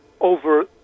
over